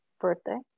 birthday